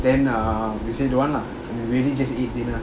then err we say don't want lah we really just eat dinner